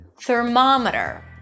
thermometer